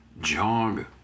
jog